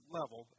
level